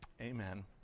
Amen